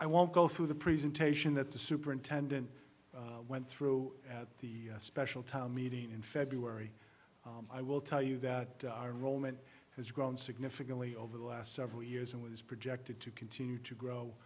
i won't go through the presentation that the superintendent went through at the special town meeting in february i will tell you that our role meant has grown significantly over the last several years and was projected to continue to grow